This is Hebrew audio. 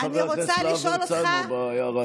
צודק חבר הכנסת להב הרצנו בהערה שלו.